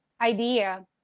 idea